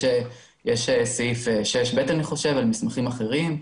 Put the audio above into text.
יש את סעיף 6ב על מסמכים אחרים.